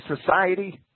society